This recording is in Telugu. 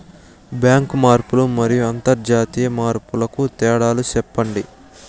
బ్యాంకు మార్పులు మరియు అంతర్జాతీయ మార్పుల కు తేడాలు సెప్పండి?